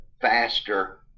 faster